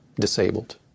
disabled